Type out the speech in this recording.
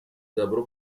добро